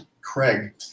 Craig